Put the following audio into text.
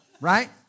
Right